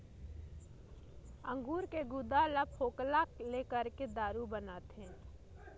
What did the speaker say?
अंगूर के गुदा ल फोकला ले करके दारू बनाथे